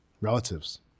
Relatives